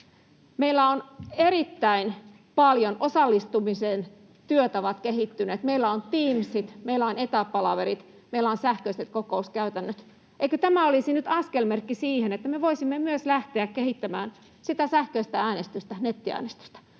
Meillä on erittäin paljon osallistumisen työtavat kehittyneet, meillä on Teams, meillä on etäpalaverit, meillä on sähköiset kokouskäytännöt. Eikö tämä olisi nyt askelmerkki siihen, että me voisimme lähteä kehittämään myös sitä sähköistä äänestystä,